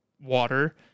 water